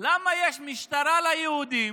יש משטרה ליהודים